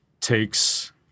takes